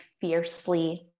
fiercely